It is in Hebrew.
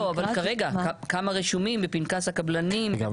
לא, כמה רשומים בפנקס הקבלנים כרגע?